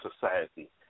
society